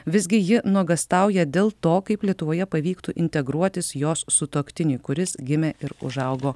visgi ji nuogąstauja dėl to kaip lietuvoje pavyktų integruotis jos sutuoktiniui kuris gimė ir užaugo